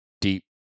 deep